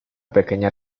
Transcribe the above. pequeña